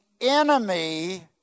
enemy